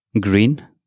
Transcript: Green